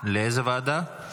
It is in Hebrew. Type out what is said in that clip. לאיזו ועדה?